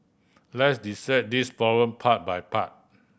let's dissect this problem part by part